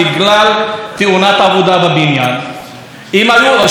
התשובה: אם היו מעבירים לי סמכויות מפה ומשם,